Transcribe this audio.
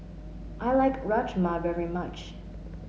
I like Rajma very much